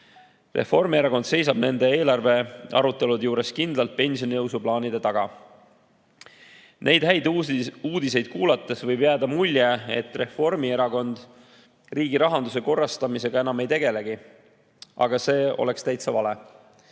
Reformierakond seisab nendel eelarvearuteludel kindlalt pensionitõusu plaanide taga. Neid häid uudiseid kuulates võib jääda mulje, et Reformierakond riigirahanduse korrastamisega enam ei tegelegi. Aga see mulje on täiesti vale.